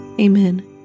Amen